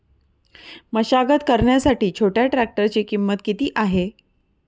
मशागत करण्यासाठी छोट्या ट्रॅक्टरची किंमत किती आहे?